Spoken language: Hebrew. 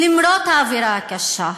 למרות האווירה הקשה,